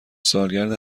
سالگرد